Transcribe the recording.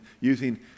using